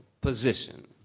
position